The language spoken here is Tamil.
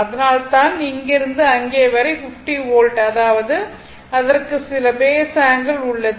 அதனால்தான் அங்கிருந்து இங்கே வரை 50 வோல்ட் அதாவது அதற்கு சில பேஸ் ஆங்கிள் உள்ளது